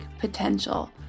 potential